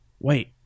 wait